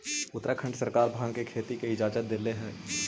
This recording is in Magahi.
उत्तराखंड सरकार भाँग के खेती के इजाजत देले हइ